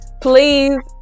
please